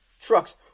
trucks